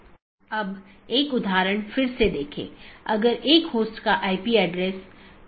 और EBGP में OSPF इस्तेमाल होता हैजबकि IBGP के लिए OSPF और RIP इस्तेमाल होते हैं